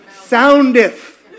soundeth